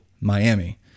Miami